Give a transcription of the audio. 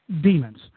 demons